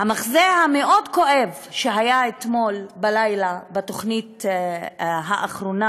המחזה המאוד-כואב שהיה אתמול בלילה בתוכנית האחרונה,